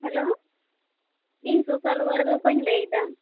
hello ᱤᱧ ᱥᱚᱥᱟᱞᱣᱟᱨᱠᱟᱨ ᱠᱷᱚᱱ ᱤᱧ ᱞᱟ ᱭ ᱮᱫᱟ